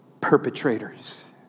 perpetrators